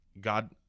god